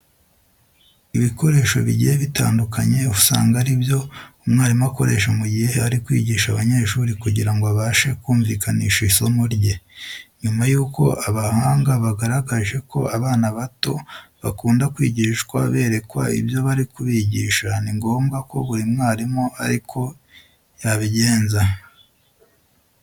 Ibikoresho bigiye bitandukanye usanga ari byo umwarimu akoresha mu gihe ari kwigisha abanyeshuri kugira ngo abashe kumvikanisha isomo rye. Nyuma yuko abahanga bagaragaje ko abana bato bakunda kwigishwa berekwa ibyo bari kubigisha, ni ngombwa ko buri mwarimu ari ko yabigenza.